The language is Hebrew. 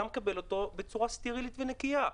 אתה מקבל אותו בצורה סטרילית ונקייה.